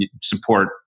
support